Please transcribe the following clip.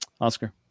Oscar